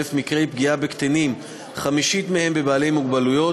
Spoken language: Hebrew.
מקרי פגיעה בקטינים הם בקטינים עם מוגבלות,